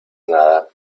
nada